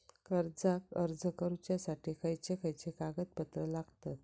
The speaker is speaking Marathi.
कर्जाक अर्ज करुच्यासाठी खयचे खयचे कागदपत्र लागतत